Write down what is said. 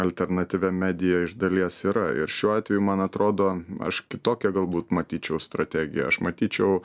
alternatyvia medija iš dalies yra ir šiuo atveju man atrodo aš kitokią galbūt matyčiau strategiją aš matyčiau